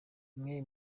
bimwe